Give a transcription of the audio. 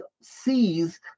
sees